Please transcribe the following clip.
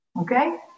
okay